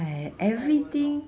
of course I will not